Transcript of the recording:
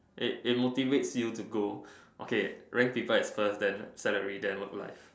it it motivates you to go okay rank people as first then salary then work life